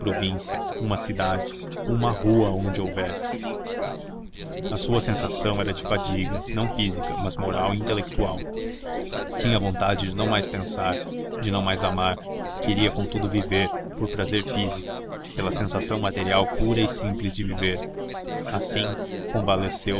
província uma cidade uma rua onde o houvesse a sua sensação era de fadiga não física mas moral e intelectual tinha vontade de não mais pensar de não mais amar queria contudo viver por prazer físico pela sensação material pura e simples de viver assim convalesceu